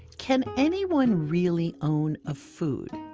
can anyone really own a food?